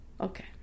Okay